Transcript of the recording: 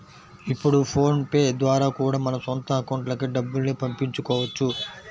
ఇప్పుడు PhonePe ద్వారా కూడా మన సొంత అకౌంట్లకి డబ్బుల్ని పంపించుకోవచ్చు